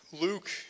Luke